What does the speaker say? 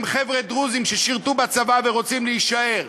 הם חבר'ה דרוזים ששירתו בצבא ורוצים להישאר,